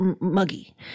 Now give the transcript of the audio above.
muggy